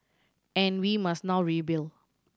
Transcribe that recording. and we must now rebuild